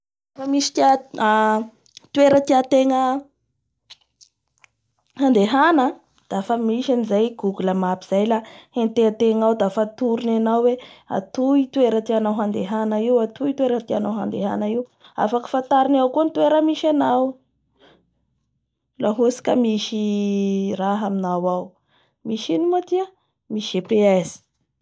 Lafa misy tia-toera tiategna handehana dafa misy anizay google map zay la hentea tegna ao dafa atorony anao, atoy toera tianao handehana io, atoy toera tianao handehana io afaky fatarinao koa ny toera misyanao, laha ohatsy ka misy raha aminao ao. Misy ino moa tia? Misy GPS.